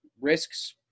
risks